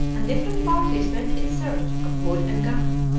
and different parties went in search of wood and gum.